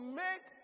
make